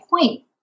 point